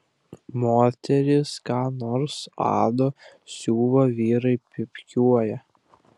moterys ką nors ado siuva vyrai pypkiuoja